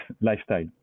Lifestyle